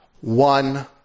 one